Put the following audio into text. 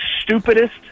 stupidest